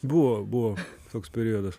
buvo buvo toks periodas